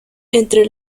entre